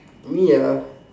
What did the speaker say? me ah